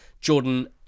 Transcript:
Jordan